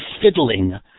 fiddling